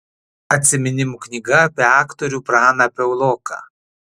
atsiminimų knyga apie aktorių praną piauloką